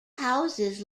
houses